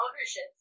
ownership